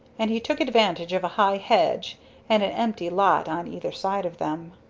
and he took advantage of a high hedge and an empty lot on either side of them.